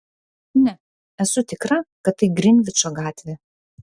ne esu tikra kad tai grinvičo gatvė